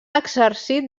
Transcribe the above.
exercit